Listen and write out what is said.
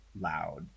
loud